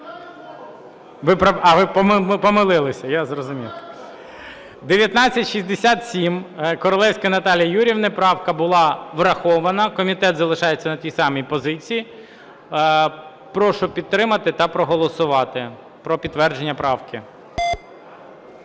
А, ми помилилися. Я зрозумів. 1967, Королевської Наталії Юріївни. Правка була врахована. Комітет залишається на тій самій позиції. Прошу підтримати та проголосувати про підтвердження правки.